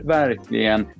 verkligen